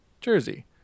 Jersey